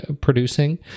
producing